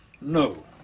No